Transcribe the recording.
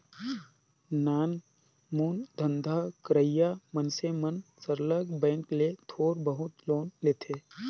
नानमुन धंधा करइया मइनसे मन सरलग बेंक ले थोर बहुत लोन लेथें